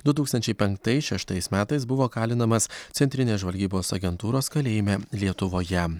du tūkstančiai penktais šeštais metais buvo kalinamas centrinės žvalgybos agentūros kalėjime lietuvoje